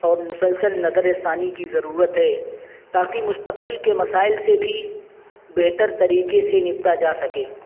اور مسلسل نظرِ ثانی کی ضرورت ہے تاکہ مستقبل کے مسائل سے بھی بہتر طریقے سے نپٹائے جا سکے